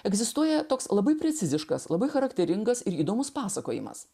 egzistuoja toks labai preciziškas labai charakteringas ir įdomus pasakojimas